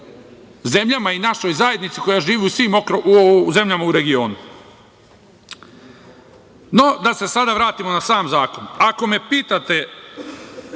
zemljama i našoj zajednici koja živi u svim zemljama u regionu.No, da se sada vratimo na sam zakon. Ako me pitate